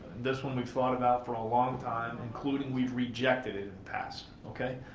this one we've thought about for a long time, including we've rejected it in the past, okay.